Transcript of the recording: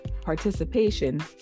Participation